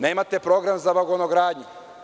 Nemate program za vagonogradnju.